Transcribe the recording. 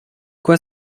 quoi